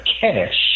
cash